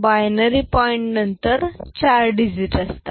binary point नंतर 4 digit असतात